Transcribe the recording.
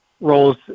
roles